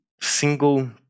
single